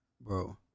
bro